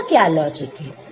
इसका क्या लॉजिक है